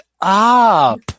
up